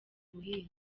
buhinzi